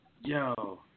Yo